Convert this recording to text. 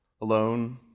Alone